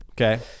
Okay